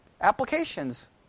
Applications